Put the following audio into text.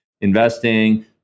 investing